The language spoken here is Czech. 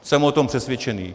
Jsem o tom přesvědčený.